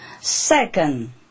Second